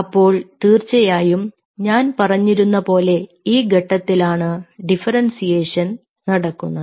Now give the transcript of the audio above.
അപ്പോൾ തീർച്ചയായും ഞാൻ പറഞ്ഞിരുന്ന പോലെ ഈ ഘട്ടത്തിലാണ് ഡിഫറെൻസിയേഷൻ നടക്കുന്നത്